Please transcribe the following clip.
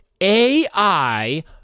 AI